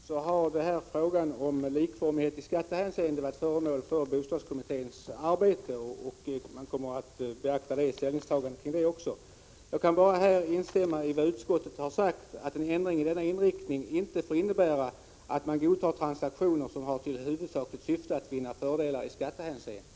Herr talman! Som jag tidigare har sagt har denna fråga om likformighet i skattehänseende varit föremål för bostadskommitténs arbete, och man kommer att beakta detta ställningstagande också. Jag kan bara instämma i vad utskottet har sagt, nämligen att en ändring i denna riktning inte får innebära att man godtar transaktioner som har till huvudsakligt syfte att vinna fördelar i skattehänseende.